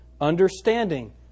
understanding